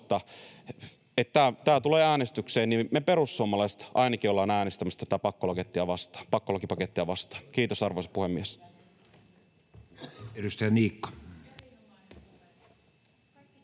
huolimatta tulee äänestykseen, niin me perussuomalaiset ainakin ollaan äänestämässä tätä pakkolakipakettia vastaan. — Kiitos, arvoisa puhemies! [Perussuomalaisten